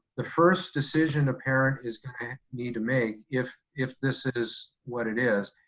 the first decision a parent is gonna need to make if if this is what it is,